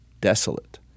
desolate